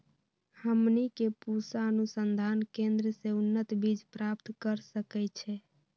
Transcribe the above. हमनी के पूसा अनुसंधान केंद्र से उन्नत बीज प्राप्त कर सकैछे?